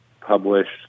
published